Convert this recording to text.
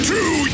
Two